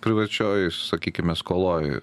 privačioj sakykime skoloj